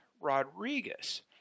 Rodriguez